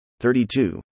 32